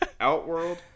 Outworld